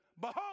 behold